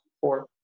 four